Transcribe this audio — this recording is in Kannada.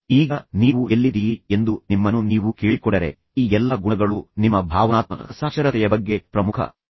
ಈಗ ನೀವು ಎಲ್ಲಿದ್ದೀರಿ ಎಂದು ನಿಮ್ಮನ್ನು ನೀವು ಕೇಳಿಕೊಂಡರೆ ಈ ಎಲ್ಲಾ ಗುಣಗಳು ನಿಮ್ಮ ಭಾವನಾತ್ಮಕ ಸಾಕ್ಷರತೆಯ ಬಗ್ಗೆ ಪ್ರಮುಖ ಸುಳಿವುಗಳನ್ನು ನೀಡುತ್ತವೆ